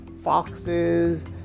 foxes